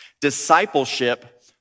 discipleship